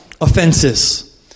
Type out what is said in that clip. offenses